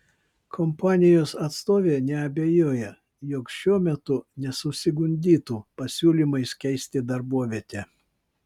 kompanijos atstovė neabejoja jog šiuo metu nesusigundytų pasiūlymais keisti darbovietę